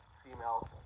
females